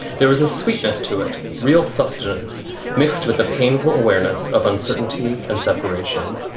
there was a sweetness to it, real substance mixed with the painful awareness of uncertainty and separation.